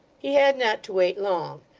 he had not to wait long.